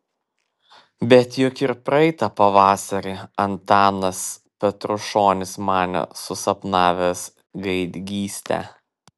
bet juk ir praeitą pavasarį antanas petrušonis manė susapnavęs gaidgystę